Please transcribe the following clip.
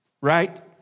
Right